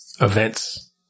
events